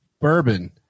bourbon